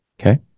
okay